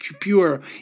pure